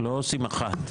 לא עושים אחד.